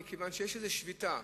כי יש איזו שביתה